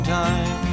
time